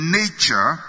nature